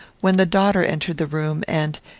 when the daughter entered the room, and,